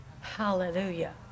Hallelujah